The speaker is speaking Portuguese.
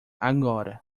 agora